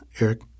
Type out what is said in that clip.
Eric